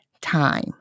time